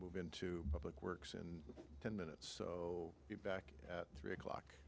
move into public works in ten minutes so we're back at three o'clock